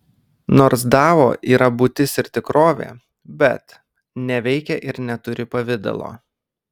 nors dao yra būtis ir tikrovė bet neveikia ir neturi pavidalo